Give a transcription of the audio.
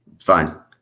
Fine